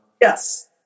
Yes